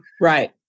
Right